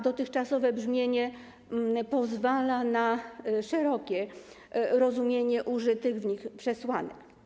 Dotychczasowe brzmienie pozwala na szerokie rozumienie użytych w nim przesłanek.